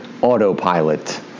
autopilot